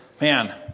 man